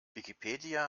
wikipedia